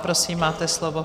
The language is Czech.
Prosím, máte slovo.